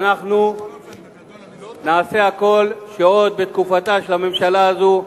אנחנו נעשה הכול שעוד בתקופתה של הממשלה הזאת,